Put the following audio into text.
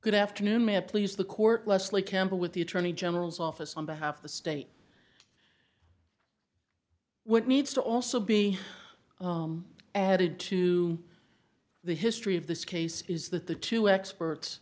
good afternoon may it please the court leslie campbell with the attorney general's office on behalf of the state what needs to also be added to the history of this case is that the two expert